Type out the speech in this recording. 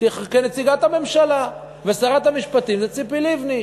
כנציגת הממשלה ושרת המשפטים היא ציפי לבני,